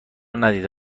ندیده